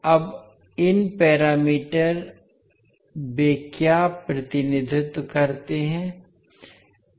अब इन पैरामीटर वे क्या प्रतिनिधित्व करते हैं